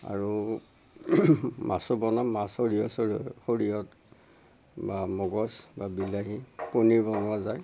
আৰু মাছো বনাম মাছ সৰিয়হ চৰিয়হ সৰিয়হত বা মগজ বা বিলাহী পনীৰ বনোৱা যায়